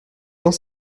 dans